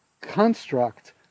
construct